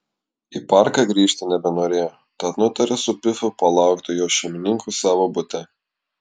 į parką grįžti nebenorėjo tad nutarė su pifu palaukti jo šeimininkų savo bute